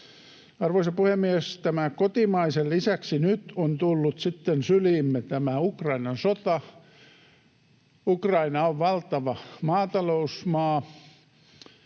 Arvoisa puhemies! Tämän kotimaisen lisäksi nyt on tullut sitten syliimme tämä Ukrainan sota. Ukraina on valtava maatalousmaa,